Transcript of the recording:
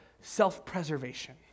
self-preservation